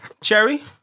Cherry